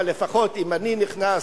אבל לפחות אם אני נכנס,